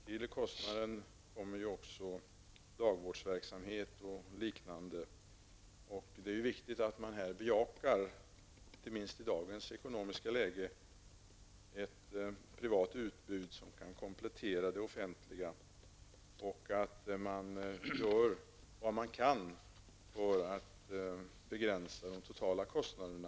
Till kostnaden kommer dagvårdsverksamhet och liknande. Det är viktigt att man här bejakar, inte minst i dagens ekonomiska läge, ett privat utbud som kan komplettera det offentliga och att man gör vad man kan för att begränsa de totala kostnaderna.